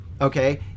okay